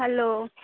hello